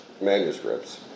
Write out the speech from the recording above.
manuscripts